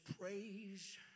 praise